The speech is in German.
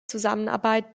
zusammenarbeit